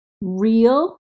real